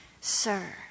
Sir